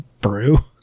Brew